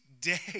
day